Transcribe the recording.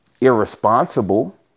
Irresponsible